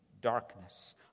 darkness